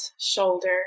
shoulder